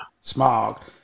smog